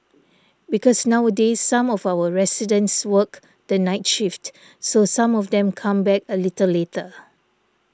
because nowadays some of our residents work the night shift so some of them come back a little later